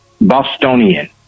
Bostonian